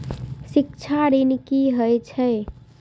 शिक्षा ऋण की होय छै?